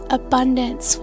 abundance